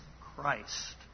Christ